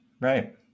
Right